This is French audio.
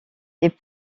les